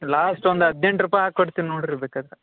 last ಒಂದು ಹದಿನೆಂಟು ರೂಪಾಯಿ ಹಾಕಿ ಕೊಡ್ತೀನಿ ನೋಡ್ರಿ ಬೇಕಾದರೆ